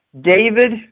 David